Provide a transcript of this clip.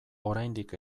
oraindik